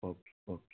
okay okay